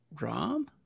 Rom